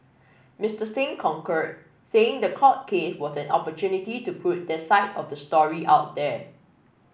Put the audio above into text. Mister Singh concurred saying the court case was an opportunity to put their side of the story out there